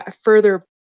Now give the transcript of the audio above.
further